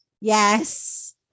Yes